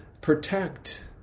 protect